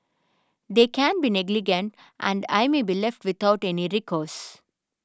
they can be negligent and I may be left without any recourse